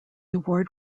award